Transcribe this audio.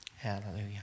Hallelujah